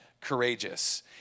courageous